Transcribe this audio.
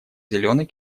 зеленый